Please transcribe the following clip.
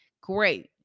Great